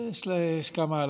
יש כמה אלפים.